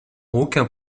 aucun